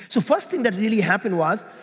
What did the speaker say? so first thing that really happened was,